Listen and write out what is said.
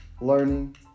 learning